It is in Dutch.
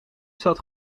zat